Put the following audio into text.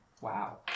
Wow